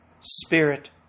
spirit